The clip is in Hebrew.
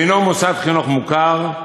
ואינו מוסד חינוך מוכר,